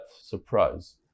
Surprise